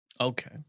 Okay